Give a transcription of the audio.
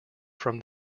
from